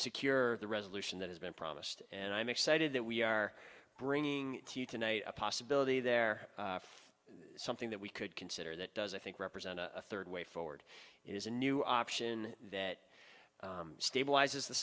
secure the resolution that has been promised and i'm excited that we are bringing you tonight a possibility there something that we could consider that does i think represent a third way forward is a new option that stabilizes the